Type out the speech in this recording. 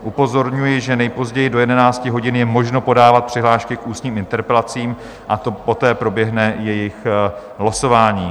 Upozorňuji, že nejpozději do 11 hodin je možno podávat přihlášky k ústním interpelacím a poté proběhne jejich losování.